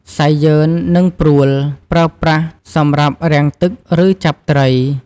សៃយឺន និងព្រួល ប្រើប្រាស់សម្រាប់រាំងទឹក ឬចាប់ត្រី។